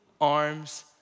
arms